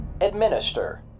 administer